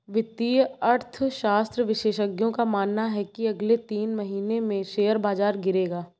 वित्तीय अर्थशास्त्र विशेषज्ञों का मानना है की अगले तीन महीने में शेयर बाजार गिरेगा